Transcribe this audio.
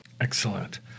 Excellent